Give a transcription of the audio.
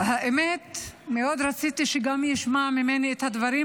האמת היא שמאוד רציתי שגם ישמע ממני את הדברים,